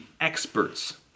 experts